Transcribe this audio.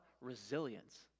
resilience